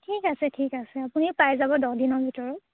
ঠিক আছে ঠিক আছে আপুনি পাই যাব দহদিনৰ ভিতৰত